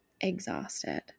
exhausted